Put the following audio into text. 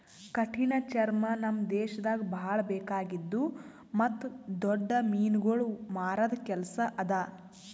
ಕಠಿಣ ಚರ್ಮ ನಮ್ ದೇಶದಾಗ್ ಭಾಳ ಬೇಕಾಗಿದ್ದು ಮತ್ತ್ ದೊಡ್ಡ ಮೀನುಗೊಳ್ ಮಾರದ್ ಕೆಲಸ ಅದಾ